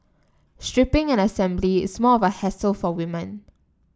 stripping and assembly is more of a hassle for women